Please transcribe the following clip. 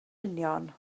union